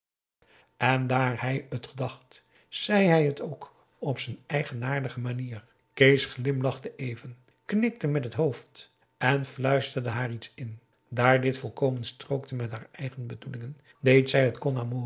en daar hij het dacht zei hij het ook op zijn eigenaardige manier kees glimlachte even knikte met het hoofd en fluisterde haar iets in daar dit volkomen strookte met haar eigen bedoelingen deed zij het